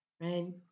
right